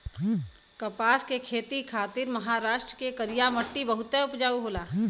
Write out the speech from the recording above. कपास के खेती खातिर महाराष्ट्र के करिया मट्टी बहुते उपजाऊ होला